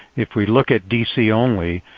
if we look at dc only,